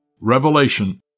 revelation